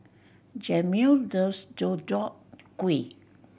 Jameel loves Deodeok Gui